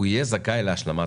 הם לא זכאים לחלוטין